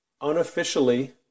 Unofficially